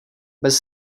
bez